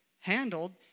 handled